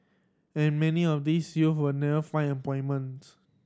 and many of these youth will never find employment